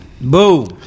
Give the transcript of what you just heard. boom